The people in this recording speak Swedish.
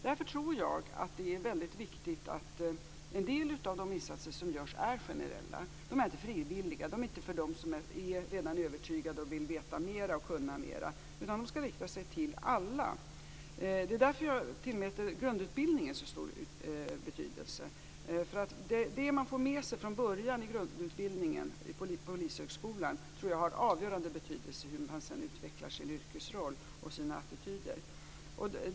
Därför tror jag att det är väldigt viktigt att en del av de insatser som görs är generella. De är inte frivilliga. De är inte till för dem som redan är övertygade och vill veta mer och kunna mer. De skall rikta sig till alla. Det är därför jag tillmäter grundutbildningen så stor betydelse. Det man får med sig från början i grundutbildningen på Polishögskolan, tror jag har avgörande betydelse för hur man sedan utvecklar sin yrkesroll och sina attityder.